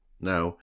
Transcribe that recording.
Now